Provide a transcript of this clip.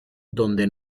donde